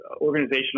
organizational